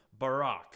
Barack